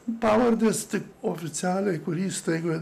pavardės tik oficialiai kur įstaigoj